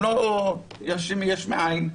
הם לא --- יש מאין.